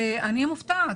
ואני מופתעת,